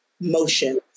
motion